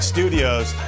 Studios